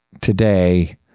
today